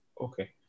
Okay